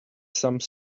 some